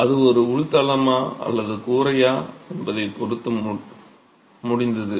அது ஒரு உள் தளமா அல்லது கூரையா என்பதைப் பொறுத்து முடிந்தது